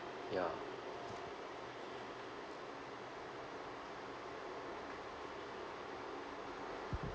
ya